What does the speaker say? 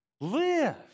live